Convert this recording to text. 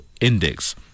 index